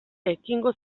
ekingo